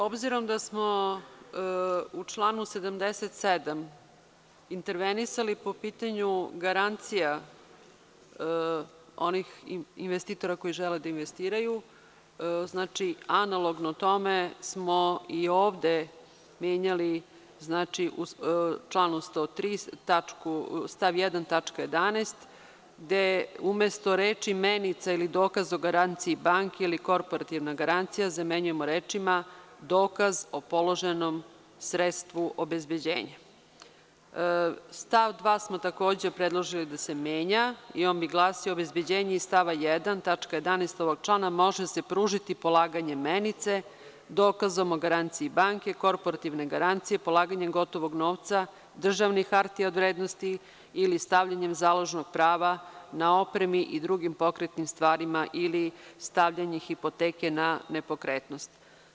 Obzirom da smo u članu 77. intervenisali po pitanju garancija onih investitora koji žele da investiraju, analogno tome smo i ovde menjali u članu 103. stav 1. tačku 11, gde umesto reči: „menica ili dokaz o garanciji banke ili korporativna garancija“ stavljamo reči: „dokaz o položenom sredstvu obezbeđenja.“ Stav 2. smo takođe predložili da se menja i on bi glasio: „Obezbeđenje iz stava 1. tačka 11. ovog člana može se pružiti polaganjem menice, dokazom o garanciji banke, korporativne garancije, polaganjem gotovog novca, državnih hartija od vrednosti ili stavljanjem založnog prava na opremi i drugim pokretnim stvarima ili stavljanje hipoteke na nepokretnost“